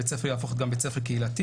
בית הספר יהפוך להיות גם בית ספר קהילתי.